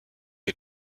est